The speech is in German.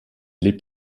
lebt